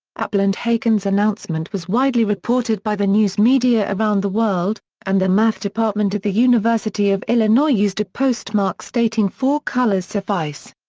appel and haken's announcement was widely reported by the news media around the world, and the math department at the university of illinois used a postmark stating four colors suffice.